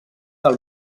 del